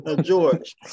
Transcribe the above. George